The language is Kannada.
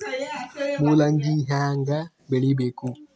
ಮೂಲಂಗಿ ಹ್ಯಾಂಗ ಬೆಳಿಬೇಕು?